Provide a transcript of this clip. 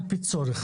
על פי צורך.